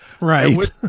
Right